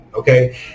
Okay